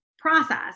Process